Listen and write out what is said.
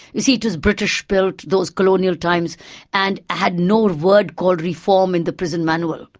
you see, it was british built those colonial times and had no word called reform in the prison manual.